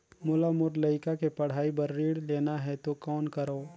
मोला मोर लइका के पढ़ाई बर ऋण लेना है तो कौन करव?